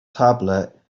tablet